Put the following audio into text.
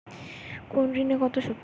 কোন ঋণে কত সুদ?